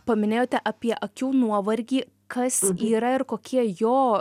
paminėjote apie akių nuovargį kas yra ir kokie jo